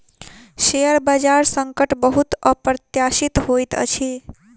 share बजार संकट बहुत अप्रत्याशित होइत अछि